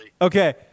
Okay